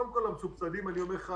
חלק מהמעונות המסובסדים חוצפנים.